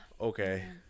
okay